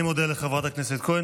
אני מודה לחברת הכנסת כהן,